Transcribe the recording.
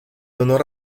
honor